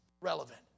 relevant